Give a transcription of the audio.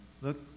look